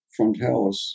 frontalis